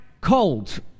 cold